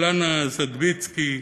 אלינה זדביצקי,